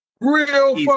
real